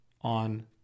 on